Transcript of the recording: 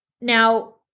Now